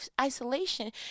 isolation